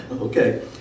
okay